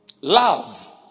Love